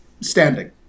standing